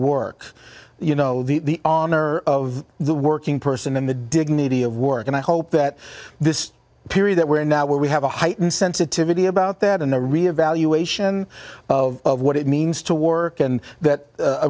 work you know the honor of the working person and the dignity of work and i hope that this period that we're now where we have a heightened sensitivity about that and the re evaluation of what it means to war and that